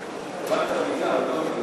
1 6 נתקבלו.